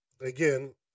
again